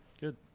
Good